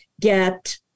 get